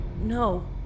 No